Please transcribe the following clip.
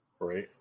Right